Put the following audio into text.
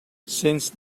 since